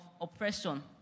oppression